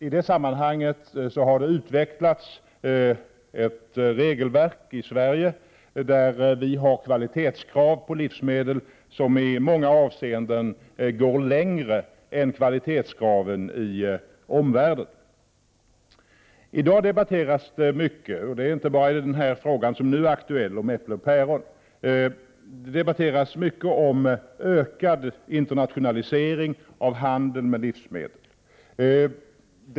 I Sverige har det utvecklats ett regelverk där vi har kvalitetskrav på livsmedel som i många avseenden går längre än kvalitetskraven i omvärlden. I dag debatteras dessa frågor mycket. Det gäller inte bara den fråga som nu är aktuell om äpplen och päron. Det debatteras över huvud taget mycket om ökad internationalisering av handeln med livsmedel.